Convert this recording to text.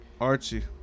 Archie